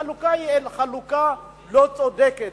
החלוקה היא חלוקה לא צודקת,